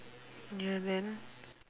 ya man